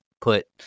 put